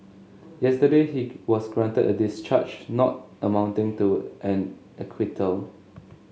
yesterday he was granted a discharge not amounting to an acquittal